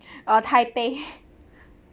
or taipei